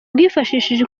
bwifashishije